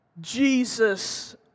Jesus